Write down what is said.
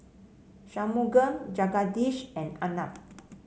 Shunmugam Jagadish and Arnab